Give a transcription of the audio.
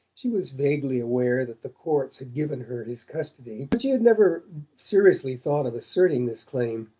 she was vaguely aware that the courts had given her his custody but she had never seriously thought of asserting this claim.